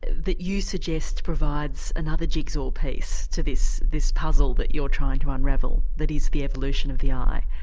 that you suggest provides another jigsaw piece to this this puzzle that you're trying to unravel that is the evolution of the eye.